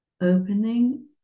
opening